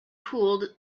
cooled